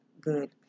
good